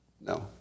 No